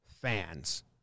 fans